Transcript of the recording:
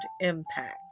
impact